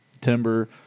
timber